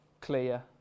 clear